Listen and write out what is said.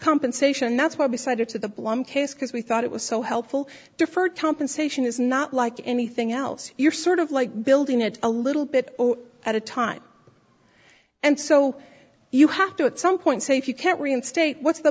compensation that's what decided to the bluhm case because we thought it was so helpful deferred compensation is not like anything else you're sort of like building it a little bit at a time and so you have to at some point say if you can't reinstate what's the